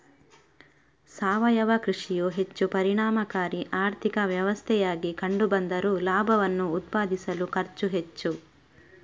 ಸಾವಯವ ಕೃಷಿಯು ಹೆಚ್ಚು ಪರಿಣಾಮಕಾರಿ ಆರ್ಥಿಕ ವ್ಯವಸ್ಥೆಯಾಗಿ ಕಂಡು ಬಂದರೂ ಲಾಭವನ್ನು ಉತ್ಪಾದಿಸಲು ಖರ್ಚು ಹೆಚ್ಚು